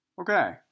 Okay